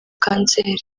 kanseri